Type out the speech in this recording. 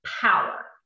power